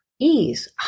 ease